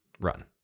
run